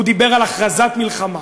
הוא דיבר על הכרזת מלחמה.